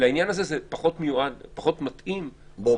לעניין הזה פחות מתאימים בוררות או גישור.